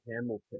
Hamilton